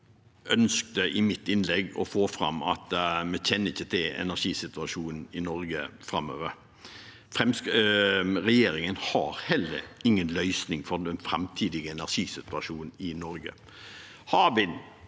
innlegg å få fram at vi ikke kjenner energisituasjonen i Norge framover. Regjeringen har heller ingen løsning for den framtidige energisituasjonen i Norge.